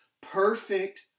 perfect